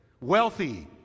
wealthy